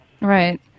Right